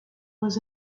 was